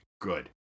good